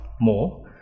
more